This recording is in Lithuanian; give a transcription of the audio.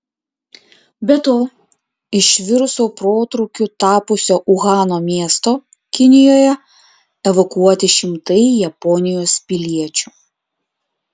be to iš viruso protrūkiu tapusio uhano miesto kinijoje evakuoti šimtai japonijos piliečių